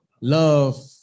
love